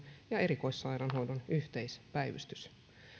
ja erikoissairaanhoidon yhteispäivystys